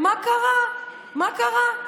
מה קרה, מה קרה?